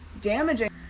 damaging